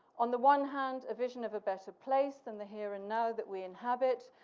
on the one hand, a vision of a better place than the here and now that we inhabit.